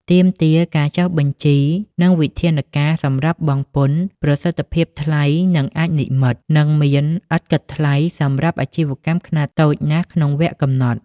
ទាមទារការចុះបញ្ជី និងវិធានការសំរាប់បង់ពន្ធ ប្រសិទ្ធភាពថ្លៃនឹងអាចនិម្មិត និងមានឥតគិតថ្លៃសម្រាប់អាជីវកម្មខ្នាតតូចណាស់ក្នុងវគ្គកំណត់។